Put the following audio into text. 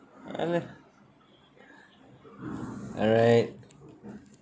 alright